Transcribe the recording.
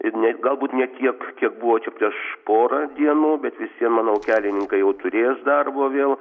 ir ne galbūt ne tiek kiek buvo čia prieš porą dienų bet vis vien manau kelininkai jau turės darbo vėl